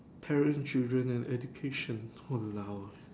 parents children and education walao eh